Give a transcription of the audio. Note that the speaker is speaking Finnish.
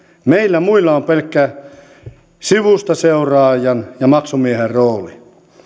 meillä muilla on pelkkä sivustaseuraajan ja maksumiehen rooli